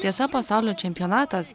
tiesa pasaulio čempionatas